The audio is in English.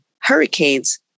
hurricanes